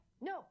No